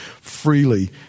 freely